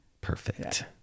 Perfect